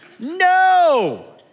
No